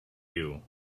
you